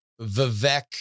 Vivek